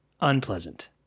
unpleasant